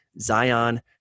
Zion